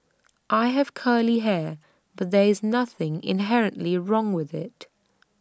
I have curly hair but there is nothing inherently wrong with IT